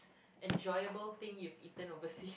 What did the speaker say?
enjoyable thing you eaten oversea